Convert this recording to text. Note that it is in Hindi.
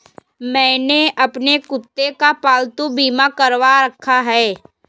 मैंने अपने कुत्ते का पालतू बीमा करवा रखा है